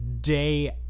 day